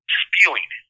spewing